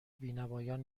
بینوایان